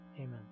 Amen